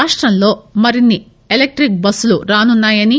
రాష్రంలో మరిన్సి ఎలక్టిక్ బస్సులు రానున్నాయనీ